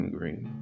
Green